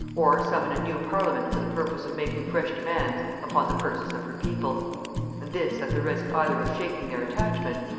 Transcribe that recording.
or summon a new parliament for the purpose of making fresh demands upon the purses of her people and this at the risk either of shaking their attachment,